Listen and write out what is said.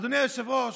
אדוני היושב-ראש,